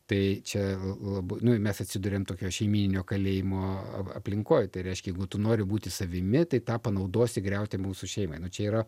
tai čia labai nu mes atsiduriam tokioj šeimyninio kalėjimo aplinkoj tai reiškia jeigu tu nori būti savimi tai tą panaudosi griauti mūsų šeimai nu čia yra